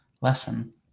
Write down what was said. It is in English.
lesson